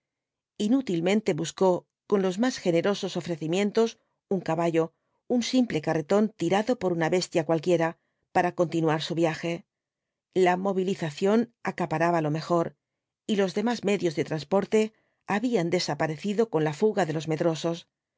inútilmente buscó con los más generosos ofrecimientos un caballo un simple carretón tirado por una bestia cualquiera para continuar su viaje la movilización acaparaba lo mejor y los demás medios de transporte habían desaparecido con la fuga de los medrosos